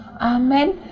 amen